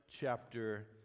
chapter